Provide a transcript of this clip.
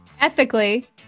ethically